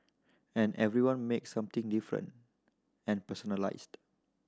and everyone makes something different and personalised